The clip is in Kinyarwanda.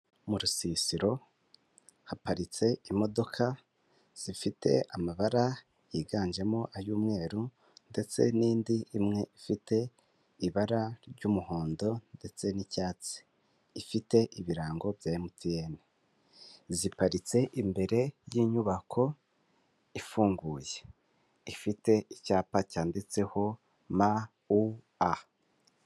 Mu rusisiro haparitse imodoka zifite amabara yiganjemo ay'umweru ndetse n'indi imwe ifite ibara ry'umuhondo ndetse n'icyatsi. Ifite ibirango bya MTN. Ziparitse imbere y'inyubako ifunguye. Ifite icyapa cyanditseho m, u,a.